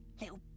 Little